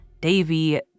Davy